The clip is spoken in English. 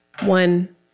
one